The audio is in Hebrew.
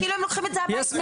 כאילו הם לוקחים את זה --- לא,